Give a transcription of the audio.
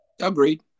Agreed